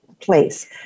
place